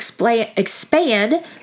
expand